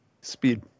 Speed